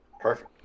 Perfect